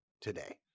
today